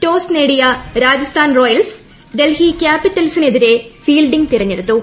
ഐപിഎല്ലിൽ toss നേടിയ Rajasthan Royals Delhi ക്യാപിറ്റൽസിനെതിരെ fielding തെരഞ്ഞെടുത്തു